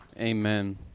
Amen